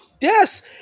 Yes